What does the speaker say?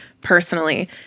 personally